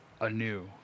anew